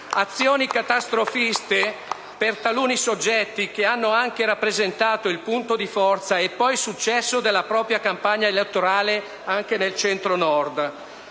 Azioni catastrofiste che, per taluni soggetti, hanno anche rappresentato il punto di forza e poi il successo della propria campagna elettorale anche nel Centro-Nord.